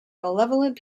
malevolent